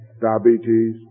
diabetes